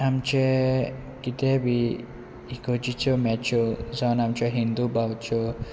आमचे कितेंय बी इगर्जेच्यो मॅच्यो जावन आमच्यो हिंदू भावच्यो